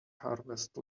harvest